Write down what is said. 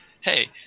hey